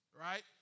right